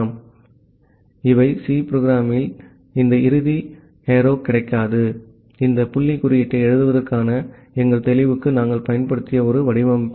ஆகவே இவை C program நிரல் இந்த இறுதி அம்புடன் கிடைக்காது இந்த புள்ளி குறியீட்டை எழுதுவதற்கான எங்கள் தெளிவுக்கு நாங்கள் பயன்படுத்திய ஒரு வடிவமைப்பு